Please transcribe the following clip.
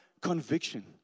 conviction